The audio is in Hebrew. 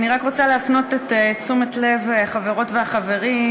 אני רק רוצה להפנות את תשומת לב החברות והחברים,